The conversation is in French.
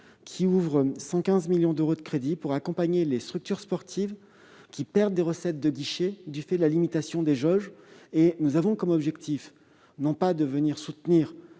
qui ouvre 115 millions d'euros de crédits pour accompagner les structures sportives qui perdent des recettes de guichet du fait de la limitation des jauges. Nous avons pour objectif, non pas de soutenir